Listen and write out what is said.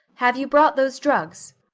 have you brought those drugs?